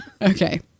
Okay